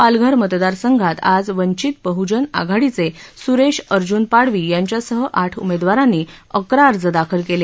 पालघर मतदारसंघात आज वंचित बह्जन आघाडीचे सुरेश अर्जुन पाडवी यांच्यासह आठ उमेदवारांनी अकरा अर्ज दाखल केले